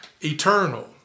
eternal